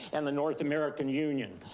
and the north american union.